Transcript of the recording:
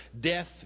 Death